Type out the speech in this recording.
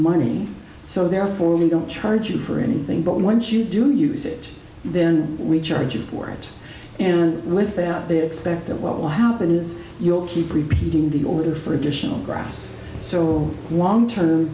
money so therefore we don't charge you for anything but once you do use it then we charge you for it and without the expect that what will happen is you'll keep repeating the order for additional grass so long term